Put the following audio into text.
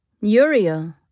Uriel